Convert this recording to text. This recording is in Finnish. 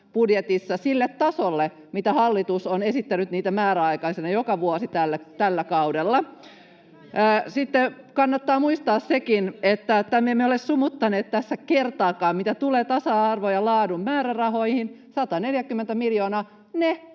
budjetissa sille tasolle, mitä hallitus on esittänyt niille määräaikaisena joka vuosi tällä kaudella. Sitten kannattaa muistaa sekin, että me emme ole sumuttaneet tässä kertaakaan. Mitä tulee tasa-arvon ja laadun määrärahoihin, ne 140 miljoonaa